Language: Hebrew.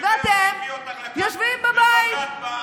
ואתם יושבים בבית.